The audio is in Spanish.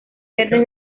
verdes